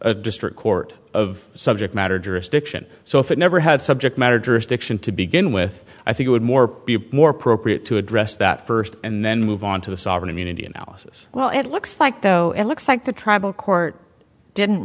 a district court of subject matter jurisdiction so if it never had subject matter jurisdiction to begin with i think it would more be more appropriate to address that first and then move on to the sovereign immunity analysis well it looks like though it looks like the tribal court didn't